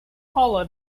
paula